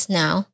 now